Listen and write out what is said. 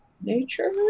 Nature